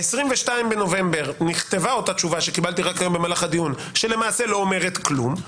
22.11 נכתבה התשובה שקיבלתי רק היום במהלך הדיון שלא אומרת כלום למעשה.